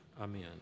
Amen